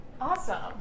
Awesome